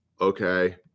Okay